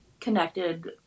connected